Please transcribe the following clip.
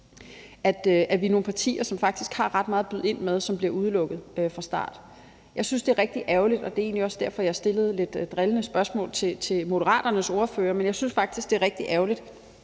vi er nogle partier, som faktisk har ret meget at byde ind med, men hvor vi bliver udelukket fra start. Jeg synes, det er rigtig ærgerligt, og det er egentlig også derfor, jeg stillede lidt drillende spørgsmål til Moderaternes ordfører. Jeg synes faktisk, det er rigtig ærgerligt,